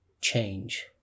change